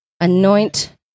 Anoint